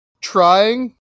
trying